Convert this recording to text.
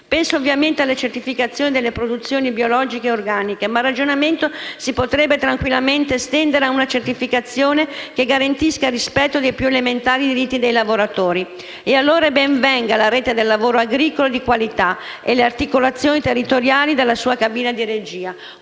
Penso, ovviamente, alle certificazioni delle produzioni biologiche e organiche, ma il ragionamento si potrebbe tranquillamente estendere a una certificazione che garantisca il rispetto dei più elementari diritti dei lavoratori. E allora ben venga la Rete del lavoro agricolo di qualità e le articolazioni territoriali della sua cabina di regia.